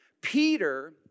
peter